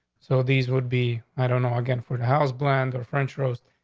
so these would be, i don't know again. for the house plans or french rose,